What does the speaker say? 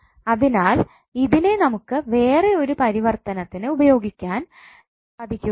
അതിനാൽ ഇതിനെ നമുക്ക് വേറെ ഒരു പരിവർത്തനത്തിന് ഉപയോഗിക്കാൻ സാധിക്കുകയില്ല